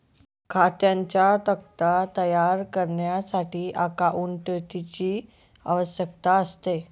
खात्यांचा तक्ता तयार करण्यासाठी अकाउंटंटची आवश्यकता असते